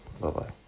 Bye-bye